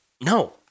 no